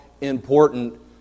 important